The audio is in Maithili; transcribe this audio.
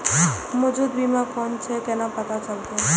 मौजूद बीमा कोन छे केना पता चलते?